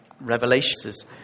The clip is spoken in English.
Revelations